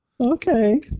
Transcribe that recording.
Okay